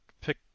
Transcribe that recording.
pick